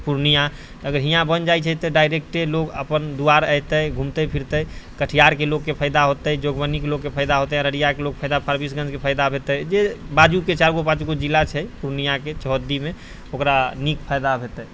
पूर्णिया अगर यहाँ बनि जाइ छै तऽ डायरेक्टे लोक अपन दुआर एतै घुमतै फिरतै कटिहारके लोकके फायदा हेतै जोगबनीके लोकके फायदा हेतै अररियाके लोकके फायदा फारबिसगञ्जके फायदा हेतै जे बाजू के छै आगू पाछूके जिला छै पूर्णियाके चौहद्दीमे ओकरा नीक फायदा हेतै